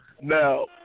No